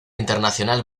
internacional